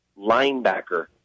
linebacker